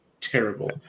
terrible